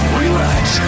relax